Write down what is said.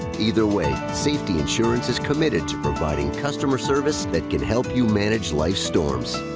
either way, safety insurance is committed to providing customer service that can help you manage life's storms.